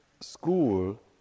school